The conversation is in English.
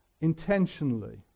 intentionally